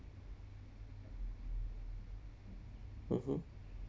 mmhmm